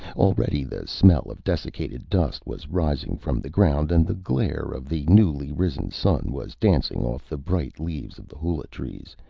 already the smell of desiccated dust was rising from the ground and the glare of the newly risen sun was dancing off the bright leaves of the hula-trees,